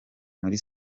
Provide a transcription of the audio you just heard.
muri